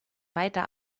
weiter